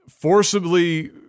forcibly